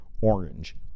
Orange